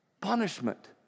punishment